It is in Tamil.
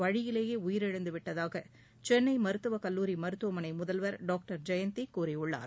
வழியிலேயே உயிரிழந்துவிட்டதாக சென்னை மருத்துவக் கல்லூரி மருத்துவமனை முதல்வர் டாக்டர் ஜெயந்தி கூறியுள்ளார்